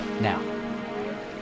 Now